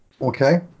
Okay